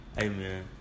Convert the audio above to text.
Amen